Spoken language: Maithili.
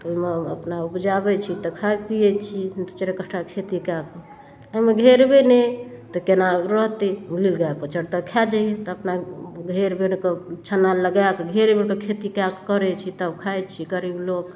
तऽ ओहिमे अपना उपजाबै छी तऽ खाइ पिए छी दुइ चारि कट्ठा खेती कऽ कऽ एहिमे घेरबै नहि तऽ कोना रहतै नील गाइ चट दऽ खा जाइए अपना घेर बेरके छन्ना लगाकऽ घेरैमे तऽ खेती कऽ कऽ करै छी तब खाइ छी गरीब लोक